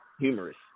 Humorous